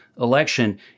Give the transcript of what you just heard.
election